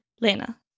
Lena